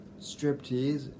striptease